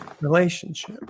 Relationship